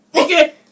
Okay